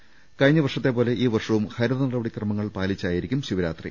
ട കഴിഞ്ഞ വർഷത്തെപ്പോലെ ഈവർഷവും ഹരിത നടപടി ക്രമങ്ങൾ പാലിച്ചായിരിക്കും ശിവരാത്രി